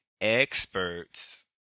experts